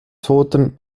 toten